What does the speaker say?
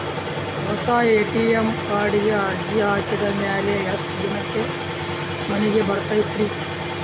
ಹೊಸಾ ಎ.ಟಿ.ಎಂ ಕಾರ್ಡಿಗೆ ಅರ್ಜಿ ಹಾಕಿದ್ ಮ್ಯಾಲೆ ಎಷ್ಟ ದಿನಕ್ಕ್ ಮನಿಗೆ ಬರತೈತ್ರಿ?